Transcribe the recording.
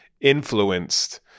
influenced